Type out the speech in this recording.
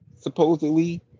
Supposedly